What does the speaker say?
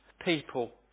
people